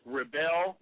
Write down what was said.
rebel